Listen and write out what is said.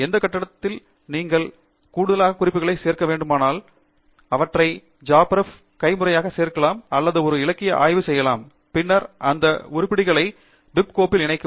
எந்தெந்த கட்டத்தில் நீங்கள் கூடுதலான குறிப்புகளை சேர்க்க வேண்டுமென்றால் அவற்றை ஜாப்ரெப்பில் கைமுறையாக சேர்க்கலாம் அல்லது ஒரு இலக்கிய ஆய்வு செய்யலாம் பின்னர் அந்த உருப்படிகளை பிப் கோப்பில் இணைக்கவும்